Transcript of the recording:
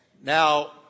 Now